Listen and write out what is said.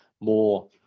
more